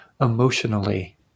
emotionally